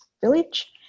village